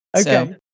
Okay